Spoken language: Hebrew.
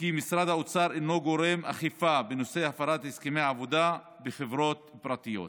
וכי משרד האוצר אינו גורם אכיפה בנושא הפרת הסכמי עבודה בחברות פרטיות.